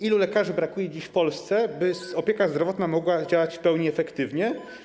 Ilu lekarzy brakuje dziś w Polsce, by opieka zdrowotna mogła działać w pełni efektywnie?